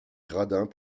gradins